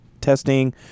testing